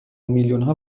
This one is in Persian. میلیونها